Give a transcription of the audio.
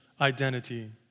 identity